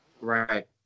Right